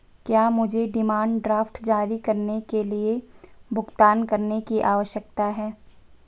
क्या मुझे demand draft जारी करने के लिए भुगतान करने की आवश्यकता है?